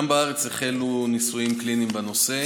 גם בארץ החלו ניסויים קליניים בנושא,